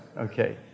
okay